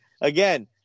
again